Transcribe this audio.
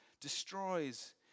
destroys